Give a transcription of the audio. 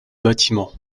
bâtiments